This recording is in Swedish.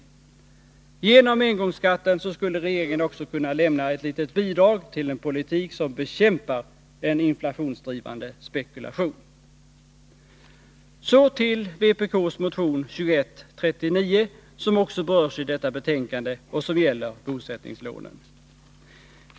Genom engångsskatten skulle regeringen också kunna lämna ett litet bidrag till en politik som bekämpar en inflationsdrivande spekulation. Så till vpk:s motion 2139, som också berörs i detta betänkande och som gäller bosättningslånen.